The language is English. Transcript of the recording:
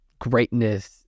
greatness